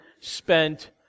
spent